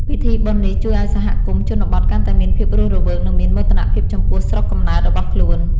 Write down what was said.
ពិធីបុណ្យនេះជួយឱ្យសហគមន៍ជនបទកាន់តែមានភាពរស់រវើក និងមានមោទនភាពចំពោះស្រុកកំណើតរបស់ខ្លួន។